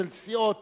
של סיעות